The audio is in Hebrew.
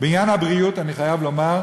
בעניין הבריאות אני חייב לומר,